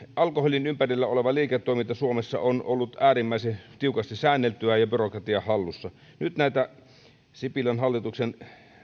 alkoholin ympärillä oleva liiketoiminta suomessa on ollut äärimmäisen tiukasti säänneltyä ja byrokratian hallussa nyt sipilän hallituksen